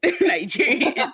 Nigerian